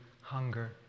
hunger